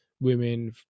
women